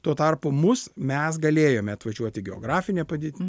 tuo tarpu mus mes galėjome atvažiuoti geografine padėtim